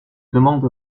demande